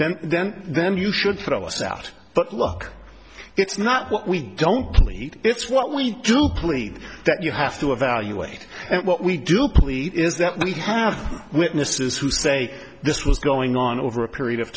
then then then you should throw us out but look it's not what we don't it's what we do plead that you have to evaluate what we do believe is that we have witnesses who say this was going on over a period of